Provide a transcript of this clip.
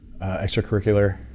Extracurricular